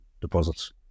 deposits